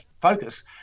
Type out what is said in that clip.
focus